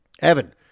Evan